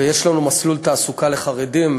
ויש לנו מסלול תעסוקה לחרדים,